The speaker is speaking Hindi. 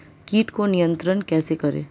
कीट को नियंत्रण कैसे करें?